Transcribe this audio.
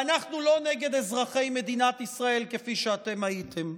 אנחנו לא נגד אזרחי מדינת ישראל כפי שאתם הייתם.